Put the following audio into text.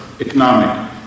economic